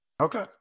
Okay